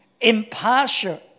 impartial